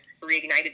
reignited